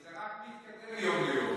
כי זה רק מתקדם מיום ליום.